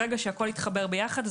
ברגע שהכול יתחבר ביחד,